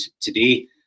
today